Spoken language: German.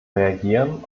reagieren